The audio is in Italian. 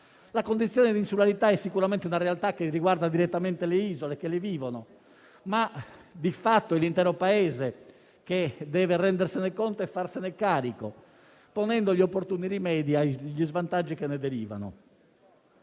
La condizione di insularità è sicuramente una realtà che riguarda direttamente le isole e chi ci vive, ma di fatto è l'intero Paese che deve rendersene conto e farsene carico, ponendo gli opportuni rimedi agli svantaggi che ne derivano.